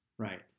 Right